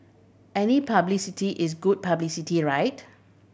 any publicity is good publicity right